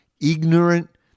ignorant